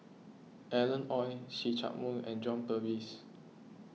Alan Oei See Chak Mun and John Purvis